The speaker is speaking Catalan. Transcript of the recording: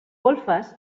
golfes